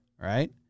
right